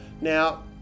Now